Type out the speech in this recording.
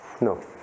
No